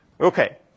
Okay